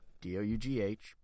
D-O-U-G-H